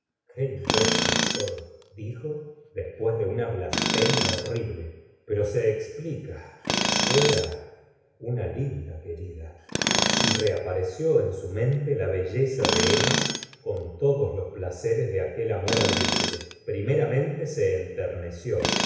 imbécil soy dijo después de una blasfe mia horrible pero se explica era una linda querida y reapareció en su mente la belleza de emma con todos los placeres de aquel amor adúltero primeramente se enterneció